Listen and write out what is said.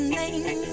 name